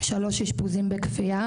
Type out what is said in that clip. שלוש אשפוזים בכפייה,